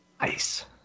Nice